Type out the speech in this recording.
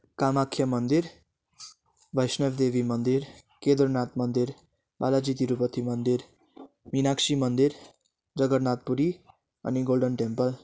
कामाख्या मन्दिर वैष्णवदेवी मन्दिर केदारनाथ मन्दिर बालाजी तिरुपति मन्दिर मिनाक्षी मन्दिर जगन्नाथ पुरी अनि गोल्डन टेम्पल